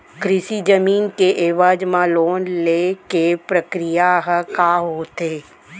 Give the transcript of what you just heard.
कृषि जमीन के एवज म लोन ले के प्रक्रिया ह का होथे?